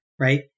right